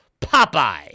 Popeye